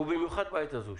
ובמיוחד בעת הזו,